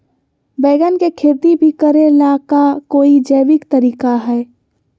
बैंगन के खेती भी करे ला का कोई जैविक तरीका है?